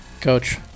Coach